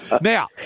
Now